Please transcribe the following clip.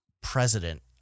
president